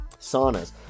Saunas